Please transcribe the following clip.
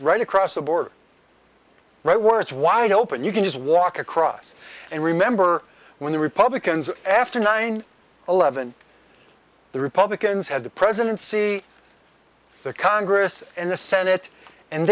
right across the border right worth wide open you can just walk across and remember when the republicans after nine eleven the republicans had the presidency the congress and the senate and